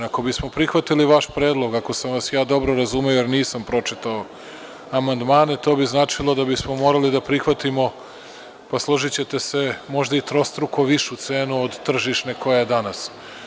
Ako bismo prihvatili vaš predlog, ako sam dobro razumeo, jer nisam pročitao amandmane, to bi značilo da bismo morali da prihvatimo, složićete se, možda trostruko višu cenu od tržišne koja je danas.